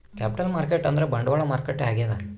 capital market ಅಂದ್ರ ಬಂಡವಾಳ ಮಾರುಕಟ್ಟೆ ಆಗ್ಯಾದ